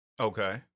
Okay